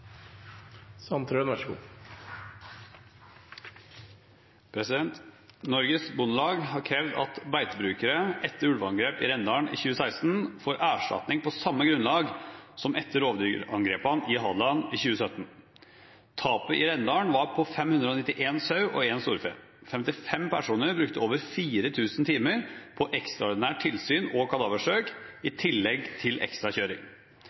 Bondelag har krevd at beitebrukere etter ulveangrep i Rendalen i 2016 får erstatning på samme grunnlag som etter rovdyrangrepene på Hadeland i 2017. Tapet i Rendalen var på 591 sau og 1 storfe. 55 personer brukte over 4 000 timer på ekstraordinært tilsyn og kadaversøk, i tillegg til